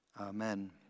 amen